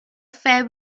affair